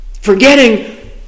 Forgetting